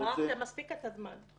מרחתם מספיק את הזמן.